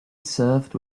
served